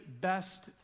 best